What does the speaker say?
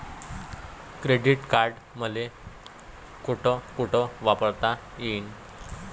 Credit card मले कोठ कोठ वापरता येईन?